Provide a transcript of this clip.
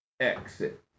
Exit